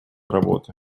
работы